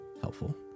helpful